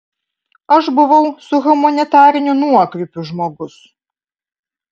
aš buvau su humanitariniu nuokrypiu žmogus